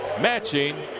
matching